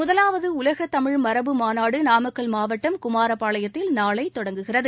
முதலாவது உலகத் தமிழ் மரபு மாநாடு நாமக்கல் மாவட்டம் குமாரப்பாளையத்தில் நாளை தொடங்குகிறது